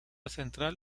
central